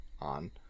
on